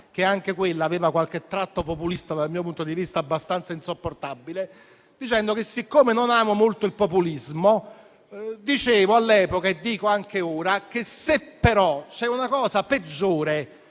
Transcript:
che pure aveva qualche tratto populista dal mio punto di vista abbastanza insopportabile, di dire quanto segue. Siccome non amo molto il populismo, dicevo all'epoca e dico anche ora che però, se vi è una cosa peggiore